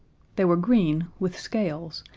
they were green with scales,